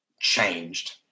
changed